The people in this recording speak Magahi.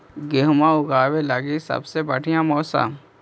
गेहूँ ऊगवे लगी सबसे बढ़िया मौसम?